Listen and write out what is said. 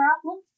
problem